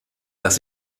dass